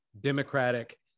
democratic